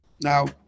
Now